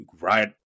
right